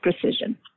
precision